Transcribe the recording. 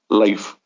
life